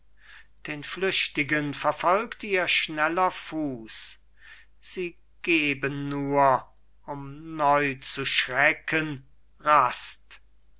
den flüchtigen verfolgt ihr schneller fuß sie geben nur um neu zu schrecken rast